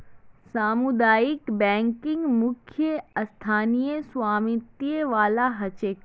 सामुदायिक बैंकिंग मुख्यतः स्थानीय स्वामित्य वाला ह छेक